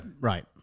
right